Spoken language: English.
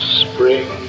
spring